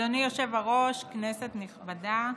אדוני היושב-ראש, כנסת נכבדה,